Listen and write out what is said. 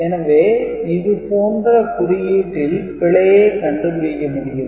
எனவே இது போன்ற குறியீட்டில் பிழையை கண்டுபிடிக்க முடியும்